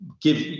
Give